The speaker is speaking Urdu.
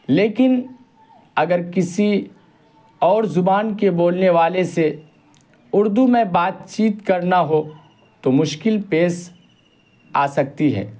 لیکن اگر کسی اور زبان کے بولنے والے سے اردو میں بات چیت کرنا ہو تو مشکل پیش آ سکتی ہے